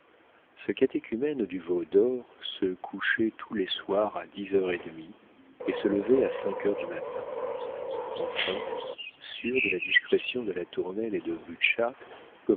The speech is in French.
ce catéchumène du veau d'or se couchait tous les soirs à dix heures et demie et se levait à cinq heures du matin enfin sûr de la discrétion de latournelle et de